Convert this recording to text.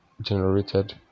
generated